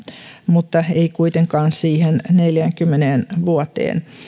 mutta ei kuitenkaan siihen neljäänkymmeneen vuoteen